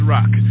Rock